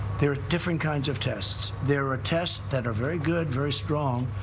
there are different kinds of tests. there are tests that are very good, very strong.